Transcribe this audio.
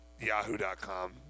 Yahoo.com